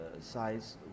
size